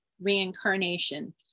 reincarnation